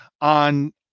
on